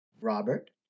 robert